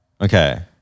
Okay